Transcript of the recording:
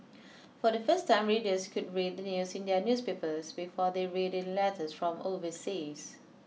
for the first time readers could read the news in their newspapers before they read it in letters from overseas